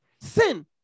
sin